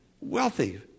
wealthy